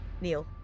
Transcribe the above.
Neil